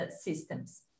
systems